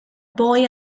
boy